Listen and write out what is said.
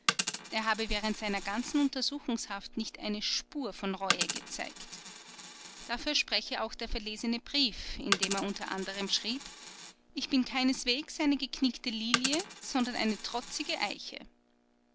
er habe während seiner ganzen untersuchungshaft nicht eine spur von reue gezeigt dafür spreche auch der verlesene brief in dem er u a schrieb ich bin keineswegs eine geknickte lilie sondern eine trotzige eiche